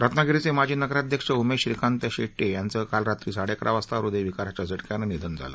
रत्नागिरीचे माजी नगराध्यक्ष उमेश श्रीकांत शेट्ये यांचं काल रात्री साडेअकरा वाजता हृदयविकाराच्या झटक्यानं निधन झालं